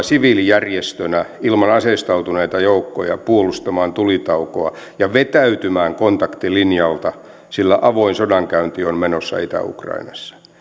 siviilijärjestönä ilman aseistautuneita joukkoja puolustamaan tulitaukoa ja vetäytymään kontaktilinjalta sillä avoin sodankäynti on menossa itä ukrainassa